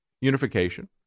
unification